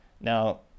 now